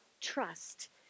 trust